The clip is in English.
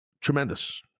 Tremendous